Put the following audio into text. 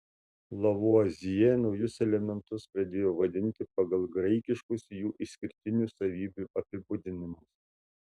lavuazjė naujus elementus pradėjo vadinti pagal graikiškus jų išskirtinių savybių apibūdinimus